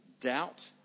doubt